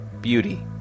beauty